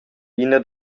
ina